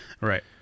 Right